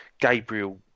Gabriel